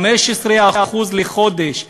15% לחודש.